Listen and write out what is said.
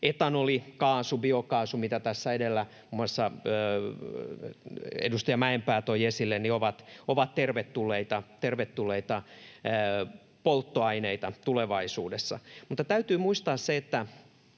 edellä muun muassa edustaja Mäenpää toi esille, ovat tervetulleita polttoaineita tulevaisuudessa. Mutta täytyy muistaa se,